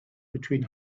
between